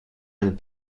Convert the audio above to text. and